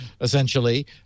essentially